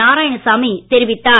நாராயணசாமி தெரிவித்தார்